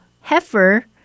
heifer